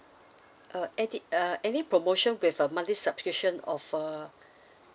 uh any uh any promotion with a monthly subscription of uh